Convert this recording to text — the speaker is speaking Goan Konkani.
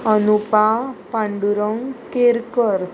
अनुपा पांडुरंग केरकर